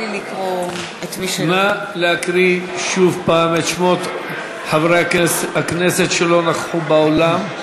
נא להקריא שוב את שמות חברי הכנסת שלא נכחו באולם.